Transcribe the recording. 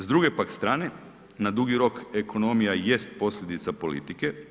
S druge pak strane na dugi rok ekonomija jest posljedica politike.